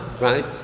Right